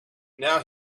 now